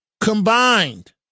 combined